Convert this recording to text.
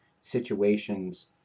situations